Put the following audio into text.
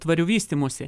tvariu vystymusi